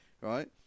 right